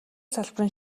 салбарын